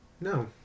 No